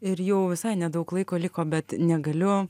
ir jau visai nedaug laiko liko bet negaliu